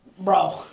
bro